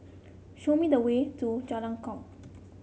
show me the way to Jalan Kuak